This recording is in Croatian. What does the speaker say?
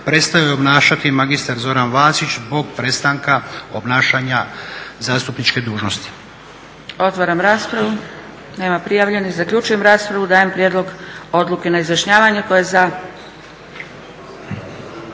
prestao je obnašati mr. Zoran Vasić zbog prestanka obnašanja zastupničke dužnosti. **Zgrebec, Dragica (SDP)** Otvaram raspravu. Nema prijavljenih? Zaključujem raspravu. Dajem prijedlog odluke na izjašnjavanje. Tko je za?